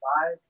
five